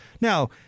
Now